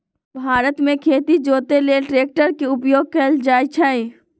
भारत मे खेती जोते लेल ट्रैक्टर के उपयोग कएल जाइ छइ